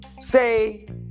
say